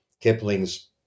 Kipling's